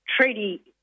Treaty